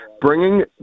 Bringing